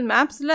Maps